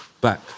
back